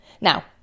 Now